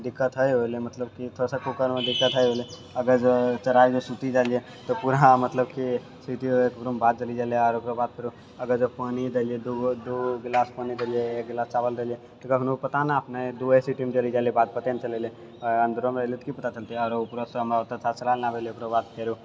दिक्कत है ओहिले मतलब कि थोड़ासँ कूकरमे दिक्कत है ओहिले अगर चढ़ाइके सुति जाइयै तऽ पूरा मतलब कि सीटी एकदम भात जलि जाइ रहै आओर ओकरो बाद फेरो अगर जब पानि देलियै दू गो दू गिलास पानि देलियै एक गिलास चावल देलियै तऽ कखनो पता ने अपने दुये सीटीमे जरि जाइले भात पते नहि चललै आओर अन्दरेमे रहले तऽ कि पता चलतै आरो उपरोसँ हमरा ओते अच्छासँ चला नहि आबै रहै ओकरो बाद फेरो